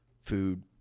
food